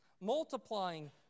multiplying